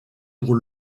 pour